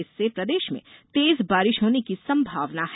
इससे प्रदेश में तेज बारिश होने की संभावना है